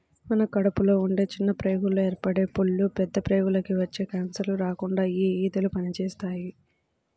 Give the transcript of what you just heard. మన కడుపులో ఉండే చిన్న ప్రేగుల్లో ఏర్పడే పుళ్ళు, పెద్ద ప్రేగులకి వచ్చే కాన్సర్లు రాకుండా యీ ఊదలు పనిజేత్తాయి